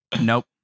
nope